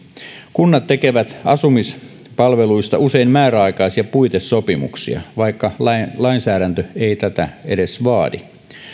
kunnat tekevät asumispalveluista usein määräaikaisia puitesopimuksia vaikka lainsäädäntö ei tätä edes vaadi